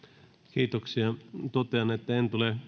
kiitoksia totean että en tule